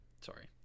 sorry